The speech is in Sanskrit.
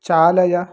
चालय